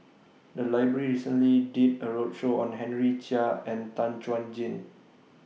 The Library recently did A roadshow on Henry Chia and Tan Chuan Jin